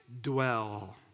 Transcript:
dwell